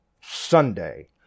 Sunday